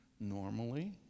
normally